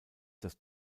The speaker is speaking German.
das